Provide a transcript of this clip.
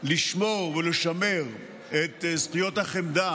לשמור ולשמר את שכיות החמדה